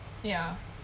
ya